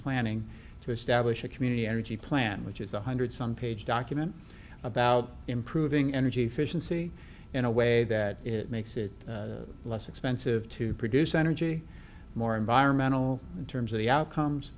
a community energy plan which is one hundred some page document about improving energy efficiency in a way that it makes it less expensive to produce energy more environmental in terms of the outcomes